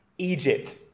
Egypt